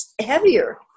heavier